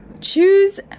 choose